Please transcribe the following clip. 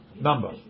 number